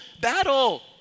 battle